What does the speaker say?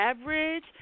average